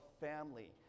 family